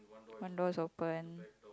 one door is open